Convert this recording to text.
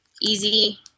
easy